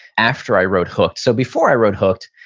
after i wrote hooked, so before i wrote hooked,